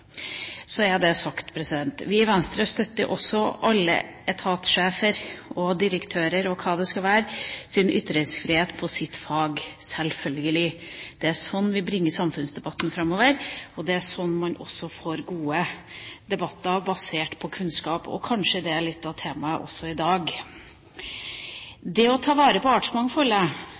Så er det sagt. Vi i Venstre støtter også alle etatsjefers og direktørers – hva det skal være – ytringsfrihet på sitt fagfelt, selvfølgelig. Det er slik vi bringer samfunnsdebatten framover, og det er slik man også får gode debatter basert på kunnskap. Kanskje det er litt av temaet også i dag. Det å ta vare på artsmangfoldet